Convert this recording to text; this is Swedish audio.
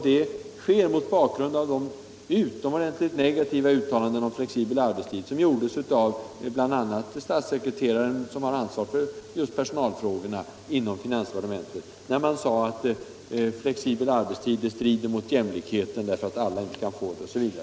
Det sker mot bakgrunden Nr 24 av de utomordentligt negativa uttalanden om flexibel arbetstid som gjorts Onsdagen den bl.a. av den statssekreterare som har ansvaret för personalfrågorna inom 19 november 1975 finansdepartementet, och som bl.a. innebar att flexibel arbetstid skulle —— strida mot jämlikheten därför att alla inte kan få del av den.